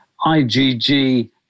IgG